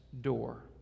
door